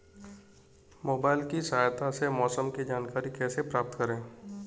Mobile की सहायता से मौसम की जानकारी कैसे प्राप्त करें?